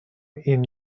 این